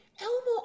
Elmo